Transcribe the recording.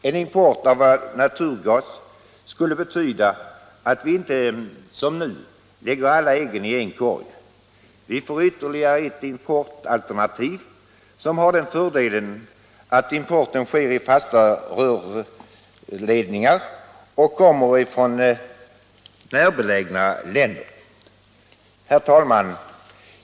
En import av naturgas skulle betyda att vi inte som nu är fallet lägger ”alla äggen i en korg”. Vi får ytterligare ett importalternativ, som har den fördelen att importen sker i fasta rörledningar och kommer från närbelägna länder. Herr talman!